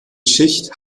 schicht